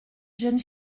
jeune